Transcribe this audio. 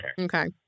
Okay